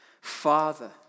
Father